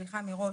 סליחה מראש.